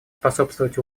способствовать